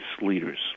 leaders